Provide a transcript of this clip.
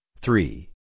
three